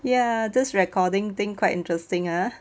ya this recording thing quite interesting ah